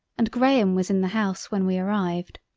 and graham, was in the house when we arrived.